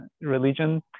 religion